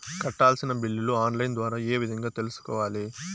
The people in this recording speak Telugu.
కట్టాల్సిన బిల్లులు ఆన్ లైను ద్వారా ఏ విధంగా తెలుసుకోవాలి?